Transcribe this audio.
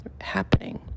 happening